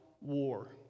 war